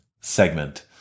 segment